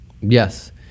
Yes